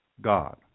God